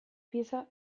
pieza